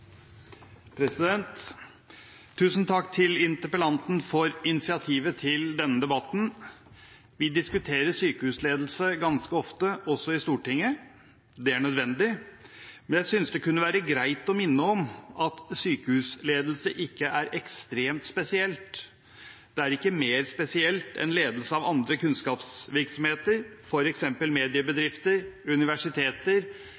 Tusen takk til interpellanten for initiativet til denne debatten. Vi diskuterer sykehusledelse ganske ofte, også i Stortinget. Det er nødvendig. Men jeg synes det kunne være greit å minne om at sykehusledelse ikke er ekstremt spesielt. Det er ikke mer spesielt enn ledelse av andre kunnskapsvirksomheter,